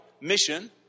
mission